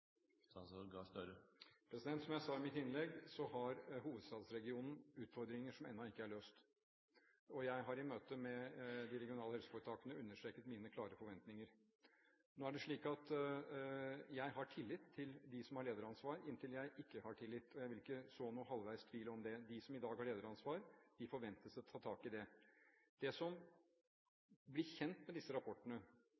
Som jeg sa i mitt innlegg, har hovedstadsregionen utfordringer som ennå ikke er løst. Jeg har i møte med de regionale helseforetakene understreket mine klare forventninger. Nå er det slik at jeg har tillit til dem som har lederansvar, inntil jeg ikke har tillit, og jeg vil ikke så noen halvveis tvil om det. Det forventes at de som i dag har lederansvar, tar tak i dette. Det som